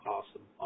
Awesome